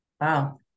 Wow